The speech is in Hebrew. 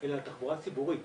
אלא על תחבורה ציבורית,